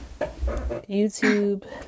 YouTube